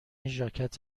ژاکت